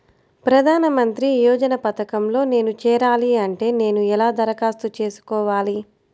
ప్రధాన మంత్రి యోజన పథకంలో నేను చేరాలి అంటే నేను ఎలా దరఖాస్తు చేసుకోవాలి?